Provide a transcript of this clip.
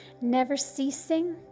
never-ceasing